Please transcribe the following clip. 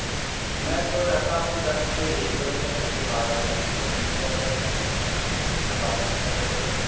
میں تو رہتا ہوں دس سے ایک بجے تک اس کے بعد میرا امپلائی مل جائے گا آپ کو اس کے بعد پھر چھ بجے تک